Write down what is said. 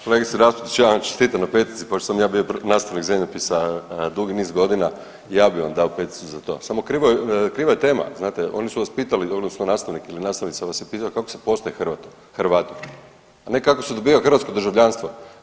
Kolegice Raspudić, ja vam čestitam na petici pošto sam ja bio nastavnik zemljopisa na dugi niz godina, i ja bi vam dao peticu za to, samo kriva je tema, znate, oni su vas pitali odnosno nastavnik ili nastavnica vas je pitala kako se postaje Hrvatom, ne kako se dobiva hrvatsko državljanstvo.